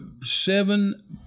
seven